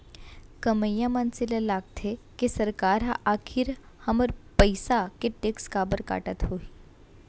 कमइया मनसे ल लागथे के सरकार ह आखिर हमर पइसा के टेक्स काबर काटत होही